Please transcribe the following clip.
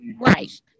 right